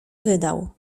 wydał